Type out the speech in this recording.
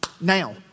Now